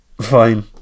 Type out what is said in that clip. fine